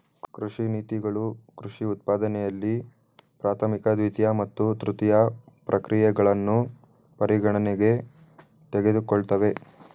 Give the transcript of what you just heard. ಕೃಷಿ ನೀತಿಗಳು ಕೃಷಿ ಉತ್ಪಾದನೆಯಲ್ಲಿ ಪ್ರಾಥಮಿಕ ದ್ವಿತೀಯ ಮತ್ತು ತೃತೀಯ ಪ್ರಕ್ರಿಯೆಗಳನ್ನು ಪರಿಗಣನೆಗೆ ತೆಗೆದುಕೊಳ್ತವೆ